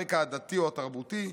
הרקע הדתי או התרבותי,